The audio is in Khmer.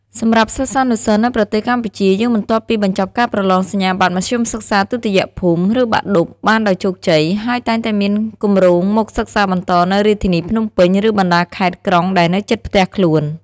សម្រាប់សិស្សានុសិស្សនៅប្រទេសកម្ពុជាយើងបន្ទាប់ពីបញ្ចប់ការប្រឡងសញ្ញាបត្រមធ្យមសិក្សាទុតិយភូមិ ឬបាក់ឌុបបានដោយជោគជ័យហើយតែងតែមានគម្រោងមកសិក្សាបន្តនៅរាជធានីភ្នំពេញ ឬបណ្តាខេត្តក្រុងដែលនៅជិតផ្ទះខ្លួន។